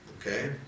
Okay